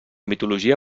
mitologia